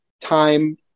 time